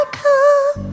come